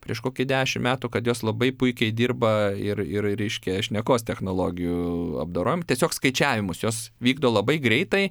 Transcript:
prieš kokį dešim metų kad jos labai puikiai dirba ir ir reiškia šnekos technologijų apdorom tiesiog skaičiavimus juos vykdo labai greitai